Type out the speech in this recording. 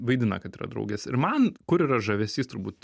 vaidina kad yra draugės ir man kur yra žavesys turbūt